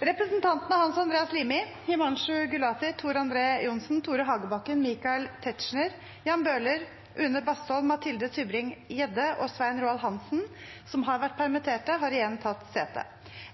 Hans Andreas Limi , Himanshu Gulati , Tor André Johnsen , Tore Hagebakken , Michael Tetzschner , Jan Bøhler , Une Bastholm , Mathilde Tybring-Gjedde og Svein Roald Hansen , som har vært permittert, har igjen tatt sete.